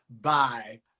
Bye